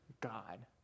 God